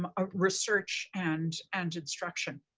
um ah research and and instruction.